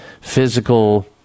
physical